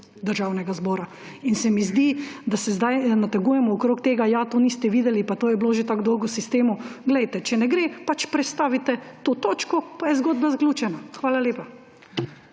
državnega zbora, in se mi zdi, da se zdaj nateguje okrog tega, ja to niste videli, pa to je bilo že tako dolgo v sistemu. Glejte, če ne gre, pač prestavite to točko, pa je zgodba zaključena. Hvala lepa.